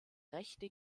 rechte